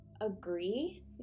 agree